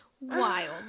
Wild